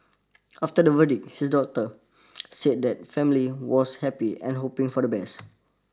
after the verdict his daughter said the family was happy and hoping for the best